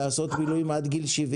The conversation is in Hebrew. לעשות מילואים עד גיל 70